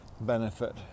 benefit